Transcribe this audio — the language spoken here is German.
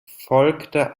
folgte